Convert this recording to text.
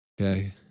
Okay